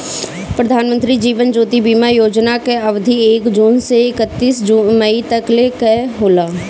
प्रधानमंत्री जीवन ज्योति बीमा योजना कअ अवधि एक जून से एकतीस मई तकले कअ होला